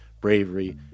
bravery